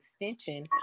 extension